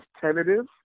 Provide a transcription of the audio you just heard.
tentative